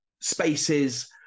spaces